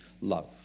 love